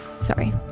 Sorry